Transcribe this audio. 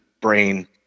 brain